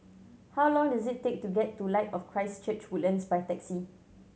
how long does it take to get to Light of Christ Church Woodlands by taxi